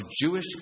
Jewish